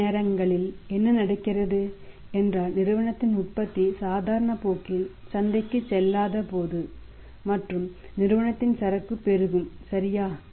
சில நேரங்களில் என்ன நடக்கிறது என்றால் நிறுவனத்தின் உற்பத்தி சாதாரண போக்கில் சந்தைக்குச் செல்லாத போது மற்றும் நிறுவனத்தின் சரக்கு பெருகும் சரியா